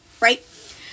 right